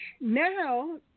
Now